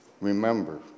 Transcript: Remember